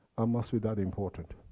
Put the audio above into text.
i must be that important!